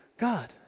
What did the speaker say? God